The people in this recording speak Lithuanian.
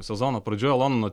sezono pradžioj londono